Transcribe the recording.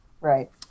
Right